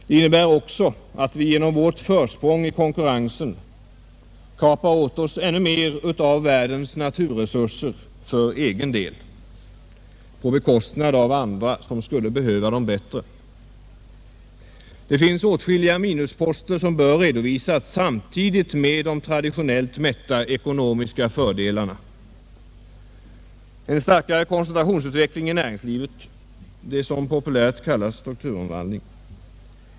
Det innebär också att vi genom vårt försprång i konkurrensen kapar åt oss ännu mer av världens naturresurser för egen del på bekostnad av andra som skulle behöva dem bättre. Det finns åtskilliga minusposter som bör redovisas samtidigt med de traditionellt mätta ekonomiska fördelarna, bl.a. en starkare koncentrationsutveckling i näringslivet — det som populärt kallas strukturomvandling.